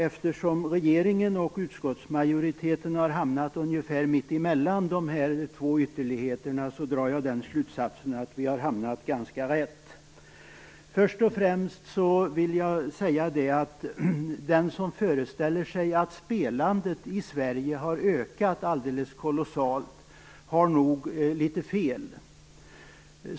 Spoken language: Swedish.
Eftersom regeringen och utskottsmajoriteten har hamnat ungefär mittemellan de två ytterligheterna, drar jag slutsatsen att vi har hamnat ganska rätt. Först och främst vill jag säga att den som föreställer sig att spelandet i Sverige har ökat alldeles kolossalt nog har litet fel.